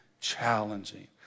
challenging